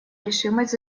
решимость